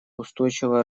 устойчивое